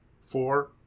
Four